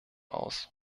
aus